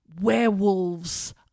Werewolves